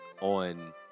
on